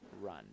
Run